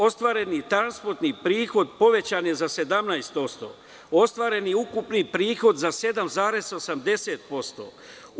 Ostvareni transportni prihod povećan je za 17%, ostvareni ukupni prihod za 7,80%